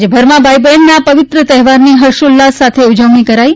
રાજ્યભરમાં ભાઈ બેનના આ પવિત્ર તહેવારની હર્ષોલ્લાસ સાથે ઉજવણી કરાઈ